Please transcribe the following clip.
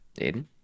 Aiden